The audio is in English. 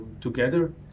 together